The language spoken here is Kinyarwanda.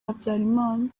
habyarimana